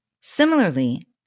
Similarly